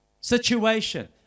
situation